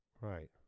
Right